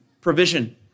provision